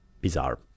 bizarre